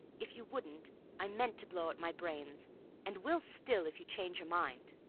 if you wouldn't i meant to blow out my brains and will still if you change your mind!